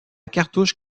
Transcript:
cartouche